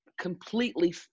completely